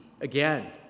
again